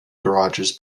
garages